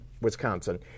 Wisconsin